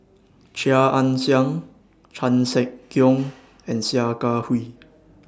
Chia Ann Siang Chan Sek Keong and Sia Kah Hui